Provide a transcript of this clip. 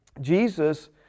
Jesus